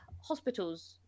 hospitals